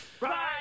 Right